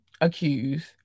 accused